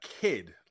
kid